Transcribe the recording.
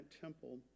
temple